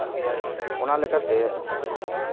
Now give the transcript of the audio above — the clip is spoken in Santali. ᱚᱱᱟ ᱞᱮᱠᱟᱛᱮ